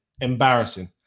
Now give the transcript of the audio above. Embarrassing